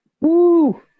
Woo